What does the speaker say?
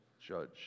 judge